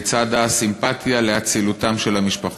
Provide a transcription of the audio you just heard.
לצד הסימפתיה על אצילותן של המשפחות.